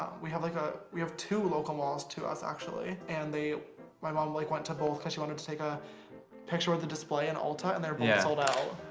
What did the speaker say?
we have like a we have two local malls to us actually and they my mom like went to both cuz she wanted to take a picture of the display and altar and there yeah so you know